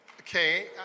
Okay